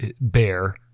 Bear